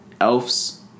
elves